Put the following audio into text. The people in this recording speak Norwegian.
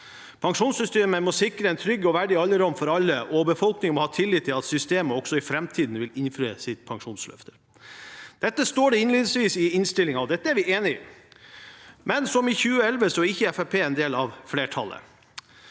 Pensjonssystemet må sikre en trygg og verdig alderdom for alle, og befolkningen må ha tillit til at systemet også i framtiden vil innfri sine pensjonsløfter.» Dette står innledningsvis i innstillingen, og dette er vi enig i, men som i 2011 er ikke Fremskrittspartiet en del av flertallet.